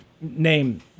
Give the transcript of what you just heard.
name